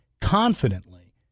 confidently